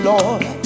Lord